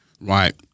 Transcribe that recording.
right